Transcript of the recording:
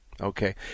Okay